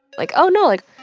like, oh, no, like,